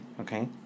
Okay